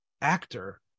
actor